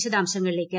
വിശദാംശങ്ങളിലേക്ക്